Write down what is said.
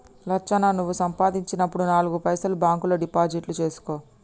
లచ్చన్న నువ్వు సంపాదించినప్పుడు నాలుగు పైసలు బాంక్ లో డిపాజిట్లు సేసుకో